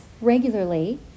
regularly